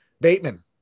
Bateman